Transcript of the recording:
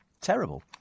Terrible